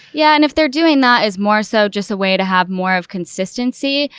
yeah. and if they're doing that is more so just a way to have more of consistency.